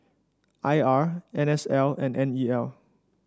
I R N S L and N E L